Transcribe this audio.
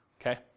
okay